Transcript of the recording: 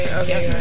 okay